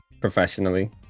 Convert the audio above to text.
professionally